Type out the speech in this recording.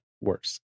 worse